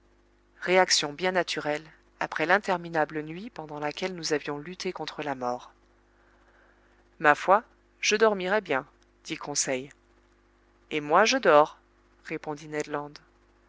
réaction bien naturelle après l'interminable nuit pendant laquelle nous avions lutté contre la mort ma foi je dormirais bien dit conseil et moi je dors répondit